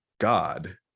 God